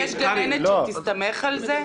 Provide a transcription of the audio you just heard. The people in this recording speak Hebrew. יש גננת שתסתמך על זה?